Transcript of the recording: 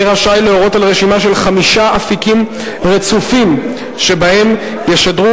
יהיה רשאי להורות על רשימה של חמישה אפיקים רצופים שבהם ישדרו